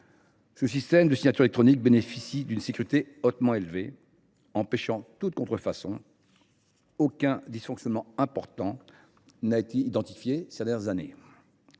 Le système de signature électronique bénéficie d’une sécurité hautement élevée empêchant toute contrefaçon. Aucun dysfonctionnement important n’a été identifié ces dernières années.